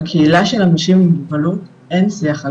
בקהילה של אנשים עם מוגבלות אין שיח על